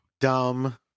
Dumb